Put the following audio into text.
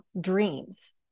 dreams